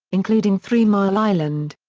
including three mile island.